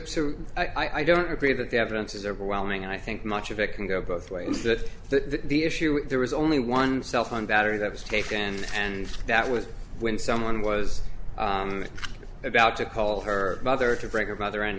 so i don't agree that the evidence is overwhelming and i think much of it can go both ways that the issue there was only one cell phone battery that was taken and that was when someone was about to call her mother to bring her brother and